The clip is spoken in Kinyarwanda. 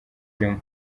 urimo